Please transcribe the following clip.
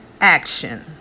action